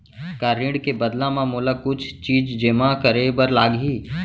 का ऋण के बदला म मोला कुछ चीज जेमा करे बर लागही?